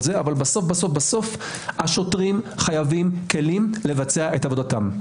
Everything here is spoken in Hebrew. אבל בסוף השוטרים חייבים כלים לבצע את עבודתם.